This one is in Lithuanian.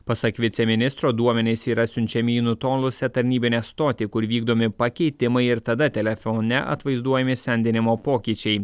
pasak viceministro duomenys yra siunčiami į nutolusią tarnybinę stotį kur vykdomi pakeitimai ir tada telefone atvaizduojami sendinimo pokyčiai